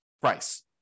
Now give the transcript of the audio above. price